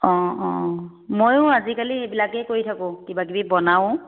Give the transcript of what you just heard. অঁ অঁ ময়ো আজিকালি এইবিলাকেই কৰি থাকোঁ কিবা কিবি বনাওঁ